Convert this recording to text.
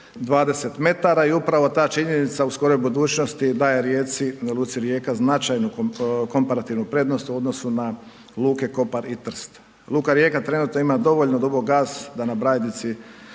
20 m i upravo ta činjenica u skoroj budućnosti daje Rijeci, luci Rijeka značajnu komparativnu prednost u odnosu na luka Kopar i Trst. Luka Rijeka trenutno ima dovoljno dubok gaz da na Brajdici,